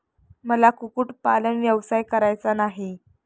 मला कुक्कुटपालन व्यवसाय करायचा नाही